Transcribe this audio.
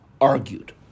argued